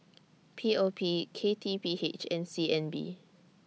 P O P K T P H and C N B